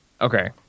Okay